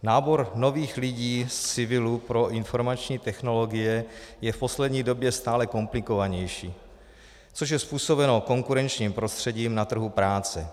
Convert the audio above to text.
Nábor nových lidí z civilu pro informační technologie je v poslední době stále komplikovanější, což je způsobeno konkurenčním prostředím na trhu práce.